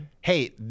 hey